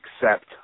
accept